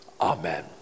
Amen